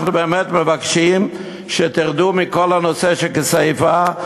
אנחנו באמת מבקשים שתרדו מכל הנושא של כסייפה.